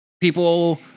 people